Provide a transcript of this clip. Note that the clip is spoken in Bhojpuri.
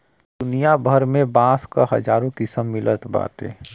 दुनिया भर में बांस क हजारो किसिम मिलत बाटे